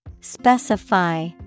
Specify